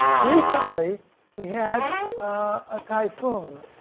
recently we had a typhoon,